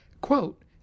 Quote